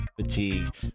fatigue